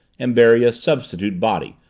and bury a substitute body,